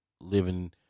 living